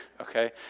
okay